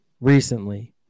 recently